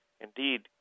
indeed